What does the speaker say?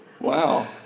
Wow